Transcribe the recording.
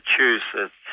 Massachusetts